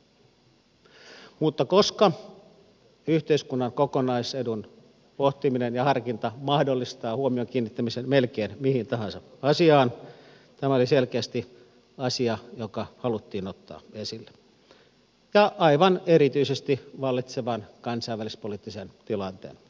mutta koska yhteiskunnan kokonaisedun pohtiminen ja harkinta mahdollistaa huomion kiinnittämisen melkein mihin tahansa asiaan tämä oli selkeästi asia joka haluttiin ottaa esille ja aivan erityisesti vallitsevan kansainvälispoliittisen tilanteen takia